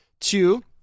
two